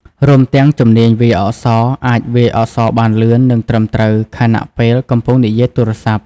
រួមទាំង ជំនាញវាយអក្សរ អាចវាយអក្សរបានលឿន និងត្រឹមត្រូវខណៈពេលកំពុងនិយាយទូរស័ព្ទ។